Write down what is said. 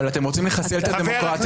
אבל אתם רוצים לחסל את הדמוקרטיה.